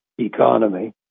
economy